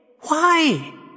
Why